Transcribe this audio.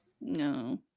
No